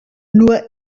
nur